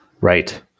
right